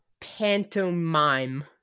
pantomime